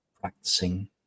practicing